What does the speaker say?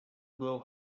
blow